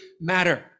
matter